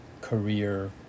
career